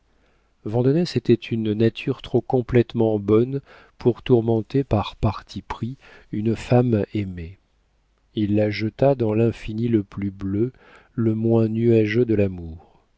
vandenesse était une nature trop complétement bonne pour tourmenter par parti pris une femme aimée il la jeta dans l'infini le plus bleu le moins nuageux de l'amour